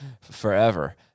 Forever